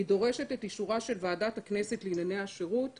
היא דורשת את אישורה של ועדת הכנסת לענייני השירות .